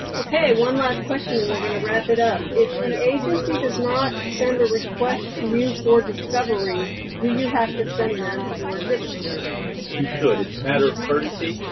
okay, one last question and we're going to wrap it up. if the agency does not send a request to you for discovery, do you have to send them your exhibits? bryan you should. it's a matter of courtesy.